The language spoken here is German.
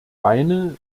weine